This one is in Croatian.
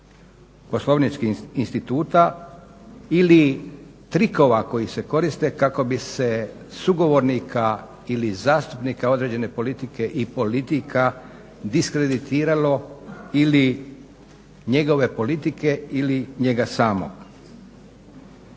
poslovničkih instituta ili trikova koji se koriste kako bi se sugovornika ili zastupnika određene politike i politika diskreditiralo ili njegove politike ili njega samog.